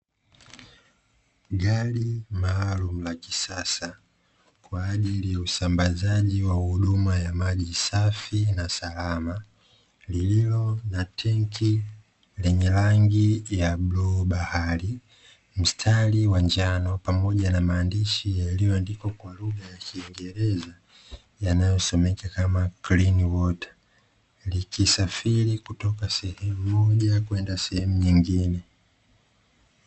Gari maalumu la kisasa kwa ajili ya usambazaji wa huduma ya maji safi na salama lililo na tenki lenye rangi ya bluu bahari, mstari wa njano pamoja na maandishi, yaliyoandikwa kwa lugha ya kiingereza yanayosomeka kama "clean water" ilikisafiri kutoka sehemu moja kwenda sehemu nyingine.